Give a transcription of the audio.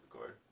record